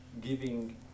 giving